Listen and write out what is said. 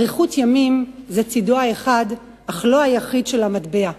אריכות ימים היא צדו האחד, אך לא היחיד, של המטבע.